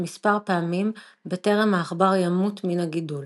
מספר פעמים בטרם העכבר ימות מן הגידול.